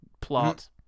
plot